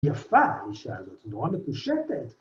יפה אישה הזאת, נורא מקושטת.